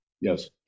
Yes